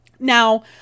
Now